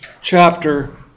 chapter